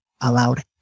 allowed